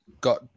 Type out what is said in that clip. got